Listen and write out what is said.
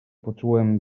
poczułem